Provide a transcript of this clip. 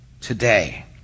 today